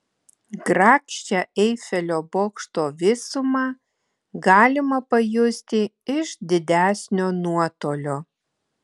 grakščią eifelio bokšto visumą galima pajusti iš didesnio nuotolio